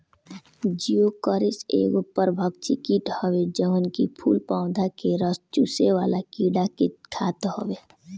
Geocoris एगो परभक्षी कीट हवे जवन की फूल पौधा के रस चुसेवाला कीड़ा के खात हवे